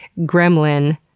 Gremlin